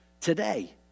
today